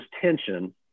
tension